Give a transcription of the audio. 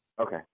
Okay